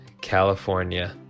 California